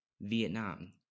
Vietnam